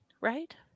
right